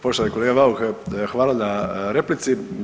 Poštovani kolega Bauk, hvala na replici.